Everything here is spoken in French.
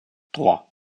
trois